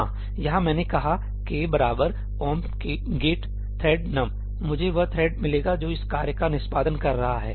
हां यहां मैंने कहा 'k omp get thread num' मुझे वह थ्रेड मिलेगा जो इस कार्य का निष्पादन कर रहा है